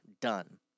done